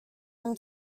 him